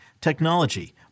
technology